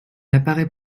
apparait